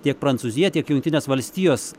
tiek prancūzija tiek jungtinės valstijos